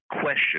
question